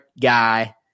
guy